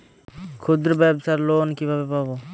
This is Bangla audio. ক্ষুদ্রব্যাবসার লোন কিভাবে পাব?